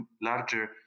larger